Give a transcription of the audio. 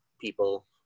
people